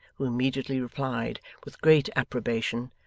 who immediately replied with great approbation,